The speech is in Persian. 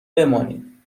بمانید